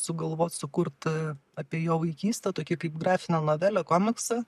sugalvot sukurt apie jo vaikystę tokį kaip grafinę novelę komiksą